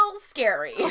scary